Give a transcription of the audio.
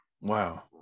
Wow